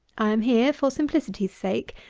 i am here, for simplicity's sake,